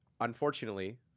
unfortunately